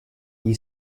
gli